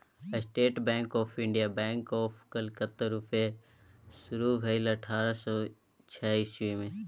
state Bank of India, Bank of Calcutta रुपे शुरु भेलै अठारह सय छअ इस्बी मे